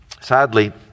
Sadly